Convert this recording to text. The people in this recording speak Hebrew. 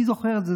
אני זוכר את זה,